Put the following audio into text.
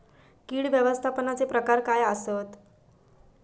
कीड व्यवस्थापनाचे प्रकार काय आसत?